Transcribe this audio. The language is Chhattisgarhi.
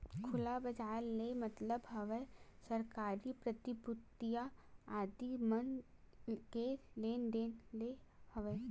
खुला बजार ले मतलब हवय सरकारी प्रतिभूतिया आदि मन के लेन देन ले हवय